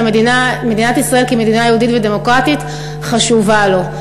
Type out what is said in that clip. שמדינת ישראל כמדינה יהודית ודמוקרטית חשובה לו.